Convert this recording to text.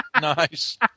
Nice